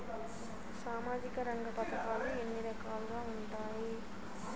సామాజిక రంగ పథకాలు ఎన్ని రకాలుగా ఉంటాయి?